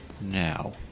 Now